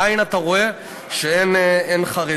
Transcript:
בעין אתה רואה שאין חרדים.